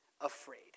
afraid